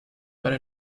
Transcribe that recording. para